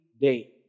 day